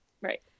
right